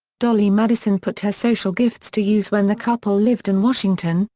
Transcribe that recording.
dolley madison put her social gifts to use when the couple lived in washington,